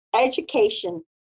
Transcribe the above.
education